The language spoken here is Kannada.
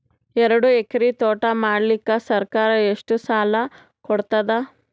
ಎರಡು ಎಕರಿ ತೋಟ ಮಾಡಲಿಕ್ಕ ಸರ್ಕಾರ ಎಷ್ಟ ಸಾಲ ಕೊಡತದ?